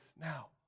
Now